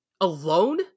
alone